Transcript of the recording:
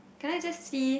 can I just see